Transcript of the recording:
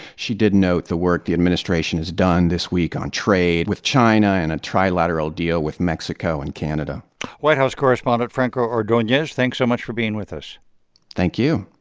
she did note the work the administration has done this week on trade with china and a trilateral deal with mexico and canada white house correspondent franco ordonez, thanks so much for being with us thank you